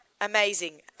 Amazing